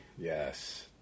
Yes